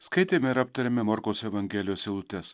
skaitėme ir aptarėme morkaus evangelijos eilutes